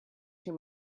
too